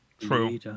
true